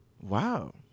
Wow